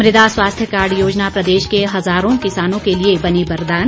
मृदा स्वास्थ्य कार्ड योजना प्रदेश के हज़ारों किसानों के लिए बनी वरदान